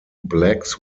blacks